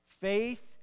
Faith